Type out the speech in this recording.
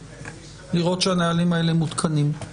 לראות שהנהלים האלה מותקנים.